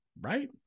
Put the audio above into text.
right